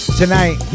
tonight